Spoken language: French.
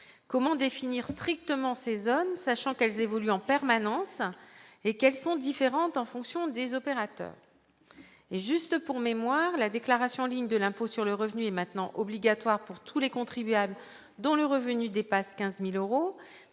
Comment définir strictement ces zones, sachant qu'elles évoluent en permanence et qu'elles sont différentes en fonction des opérateurs ? Pour mémoire, la déclaration en ligne de l'impôt sur le revenu est maintenant obligatoire pour tous les contribuables dont le revenu dépasse 15 000 euros